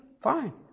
fine